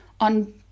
on